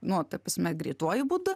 nu ta prasme greituoju būdu